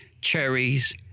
Cherries